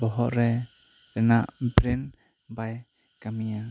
ᱵᱚᱦᱚᱜ ᱨᱮ ᱨᱮᱱᱟᱜ ᱵᱨᱮᱱ ᱵᱟᱭ ᱠᱟᱹᱢᱤᱭᱟ